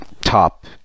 top